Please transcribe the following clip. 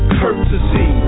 courtesy